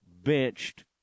benched